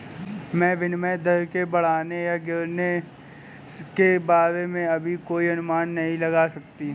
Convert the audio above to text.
मैं विनिमय दर के बढ़ने या गिरने के बारे में अभी कोई अनुमान नहीं लगा सकती